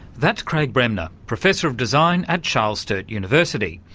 that's craig bremner, professor of design at charles sturt university,